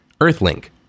Earthlink